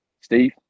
steve